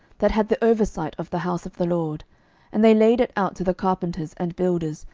that had the oversight of the house of the lord and they laid it out to the carpenters and builders,